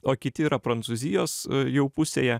o kiti yra prancūzijos jau pusėje